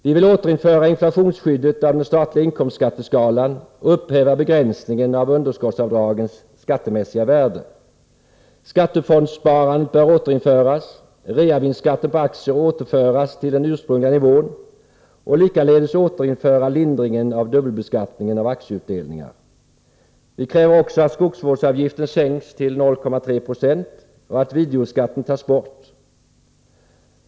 Vi vill återinföra inflationsskyddet av den statliga inkomstskatteskalan och upphäva begränsningen av underskottsavdragens skattemässiga värde. Skattefondssparandet bör återinföras, reavinstskatten på aktier återföras till den ursprungliga nivån och likaledes bör lindringen av dubbelbeskattningen av aktieutdelningar återinföras. Vi kräver också att skogsvårdsavgiften sänks till 0,3 26 och att videoskatten tas bort.